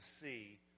see